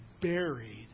buried